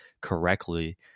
correctly